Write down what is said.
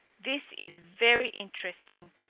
this is very interesting.